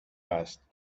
asked